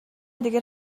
دیگه